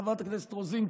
חברת הכנסת רוזין,